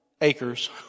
acres